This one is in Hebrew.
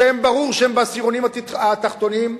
שברור שהם בעשירונים התחתונים,